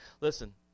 listen